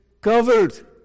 covered